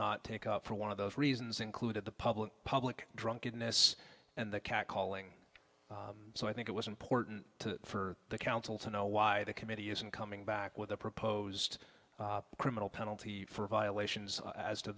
not take up for one of those reasons included the public public drunkenness and the cat calling so i think it was important to for the council to know why the committee isn't coming back with a proposed criminal penalty for violations as to